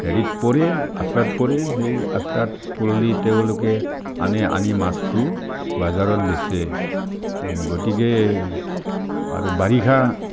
হেৰিত পৰে আশ্ৰাত পৰে সেই আশ্ৰাত পৰলি তেওঁলোকে আনি আনি মাছটো বজাৰত বেচে গতিকে আৰু বাৰিষা